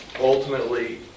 ultimately